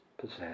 possess